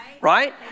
Right